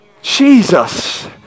Jesus